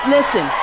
Listen